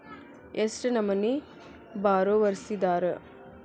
ಎಷ್ಟ್ ನಮನಿ ಬಾರೊವರ್ಸಿದಾರ?